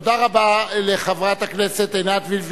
תודה רבה לחברת הכנסת עינת וילף,